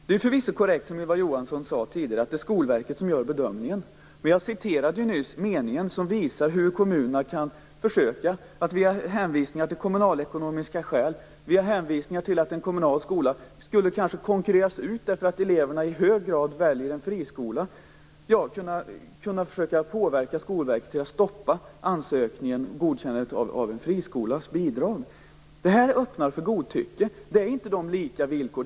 Det är förvisso korrekt, som Ylva Johansson sade tidigare, att det är Skolverket som gör bedömningen. Men den mening som jag nyss citerade visar ju att kommunerna, med hänvisningar till kommunalekonomiska skäl och till att en kommunal skola kanske skulle konkurreras ut om eleverna i hög grad valde en friskola, skulle kunna försöka påverka Skolverket till att stoppa godkännandet av en friskolas bidrag. Det öppnar för godtycke. Det är inte lika villkor.